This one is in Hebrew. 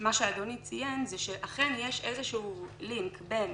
מה שאדוני ציין, שאכן, יש איזשהו לינק בין